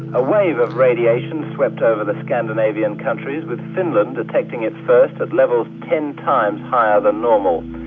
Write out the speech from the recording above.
a wave of radiation swept over the scandinavian countries, with finland detecting its first at levels ten times higher than normal.